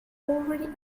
already